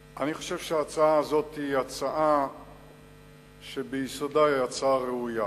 אני חושב שההצעה הזאת היא הצעה שביסודה היא הצעה ראויה,